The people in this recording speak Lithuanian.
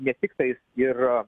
ne tik tais ir